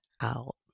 out